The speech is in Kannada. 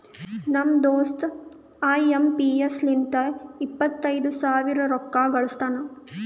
ನಮ್ ದೋಸ್ತ ಐ ಎಂ ಪಿ ಎಸ್ ಲಿಂತ ಇಪ್ಪತೈದು ಸಾವಿರ ರೊಕ್ಕಾ ಕಳುಸ್ತಾನ್